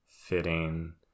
fitting